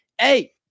hey